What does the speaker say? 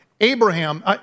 Abraham